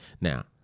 Now